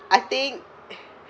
I think